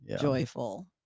joyful